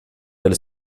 del